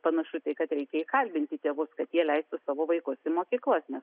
panašu kad reikia įkalbinti tėvus kad jie leistų savo vaikus į mokyklas nes